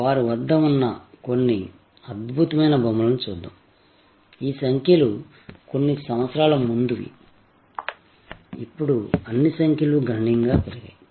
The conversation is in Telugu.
వారి వద్ద ఉన్న కొన్ని అద్భుతమైన బొమ్మలను చూద్దాం ఈ సంఖ్యలు కొన్ని సంవత్సరాల ముందువి ఇప్పుడు అన్ని సంఖ్యలు గణనీయంగా పెరిగాయి